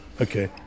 okay